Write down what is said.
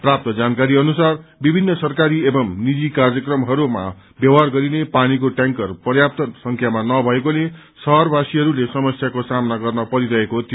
प्राप्त जानकारी अनुसार विभिन्न सरकारी एवं निजी कार्यक्रमहरूमा व्यवहार गरिने पानीको टयांकर पर्याप्त संख्यामा नभएकोले शहरवासीहरूले समस्याको सामना गर्न परिरहेको थियो